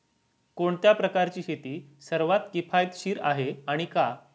कोणत्या प्रकारची शेती सर्वात किफायतशीर आहे आणि का?